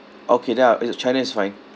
okay then uh yes china is fine